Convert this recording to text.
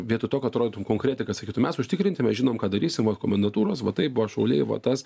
vietoj to kad rodytum konkreti kas sakytų mes užtikrinti mes žinom ką darysim va komendantūros va taip va šauliai va tas